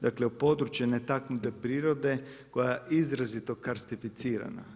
Dakle u područje netaknute prirode koja je izrazito karstificirana.